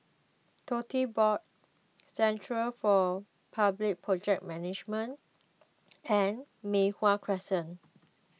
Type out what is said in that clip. Tote Board Centre for Public Project Management and Mei Hwan Crescent